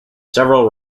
several